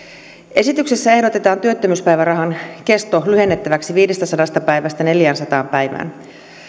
esityksessä ehdotetaan työttömyyspäivärahan kestoa lyhennettäväksi viidestäsadasta päivästä neljäänsataan päivään